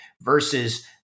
versus